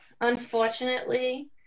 unfortunately